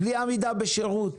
בלי עמידה בשירות,